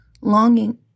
Longing